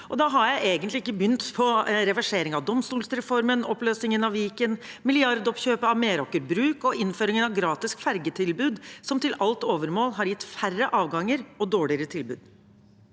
Da har jeg ikke begynt på reverseringen av domstolreformen, oppløsningen av Viken, milliardoppkjøpet av Meraker Brug og innføringen av gratis fergetilbud, som til alt overmål har gitt færre avganger og dårligere tilbud.